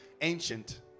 ancient